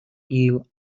ill